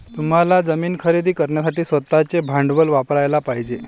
तुम्हाला जमीन खरेदी करण्यासाठी स्वतःचे भांडवल वापरयाला पाहिजे